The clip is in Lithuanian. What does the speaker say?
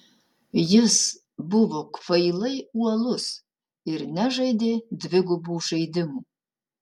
jis buvo kvailai uolus ir nežaidė dvigubų žaidimų